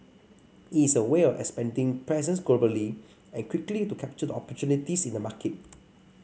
it's a way of expanding presence globally and quickly to capture opportunities in the market